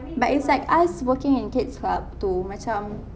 but it's like us working in kids club too macam